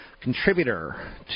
contributor